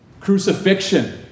Crucifixion